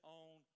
on